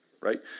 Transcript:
right